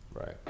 right